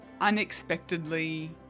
unexpectedly